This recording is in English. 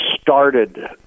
started